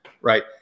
right